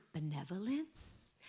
benevolence